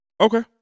Okay